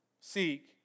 Seek